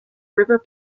river